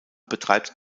betreibt